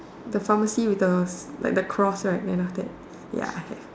the pharmacy with the like the cross right then after that ya I have